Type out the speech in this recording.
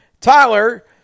Tyler